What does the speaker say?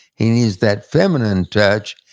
he needs that feminine touch,